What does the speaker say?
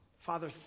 Father